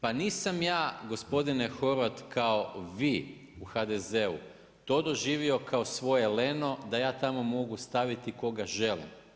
Pa nisam ja gospodine Horvat kao vi u HDZ-u to doživio kao svoje leno da ja tamo mogu staviti koga želim.